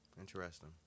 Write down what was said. Interesting